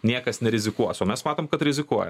niekas nerizikuos o mes matom kad rizikuoja